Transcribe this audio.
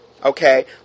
Okay